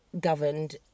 governed